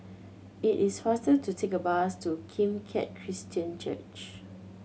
it is faster to take bus to Kim Keat Christian Church